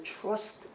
trust